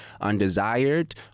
undesired